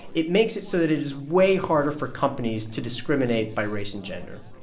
it makes it so that it is way harder for companies to discriminate by race and gender,